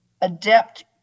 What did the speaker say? adept